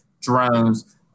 drones